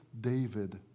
David